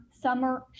Summer